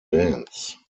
bands